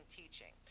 teaching